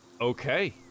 okay